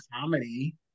comedy